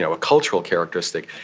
so a cultural characteristic,